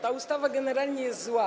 Ta ustawa generalnie jest zła.